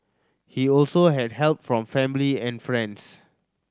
he also had help from family and friends